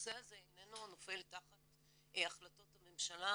הנושא הזה אינו נופל תחת החלטות הממשלה,